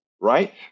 right